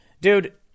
Dude